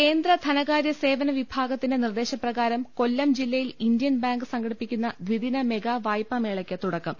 കേന്ദ്ര ധനകാര്യ സേവന വിഭാഗത്തിന്റെ നിർദേശ പ്രകാരം കൊല്ലം ജില്ലയിൽ ഇന്ത്യൻ ബാങ്ക് സംഘടിപ്പിക്കുന്ന ദിദിന മെഗാ വായ്പാ മേളയ്ക്ക് തുടക്കം